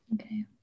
Okay